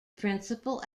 principal